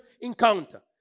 encounter